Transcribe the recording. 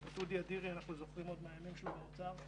ואת אודי אדירי אנחנו זוכרים עוד מהימים שהוא היה באוצר.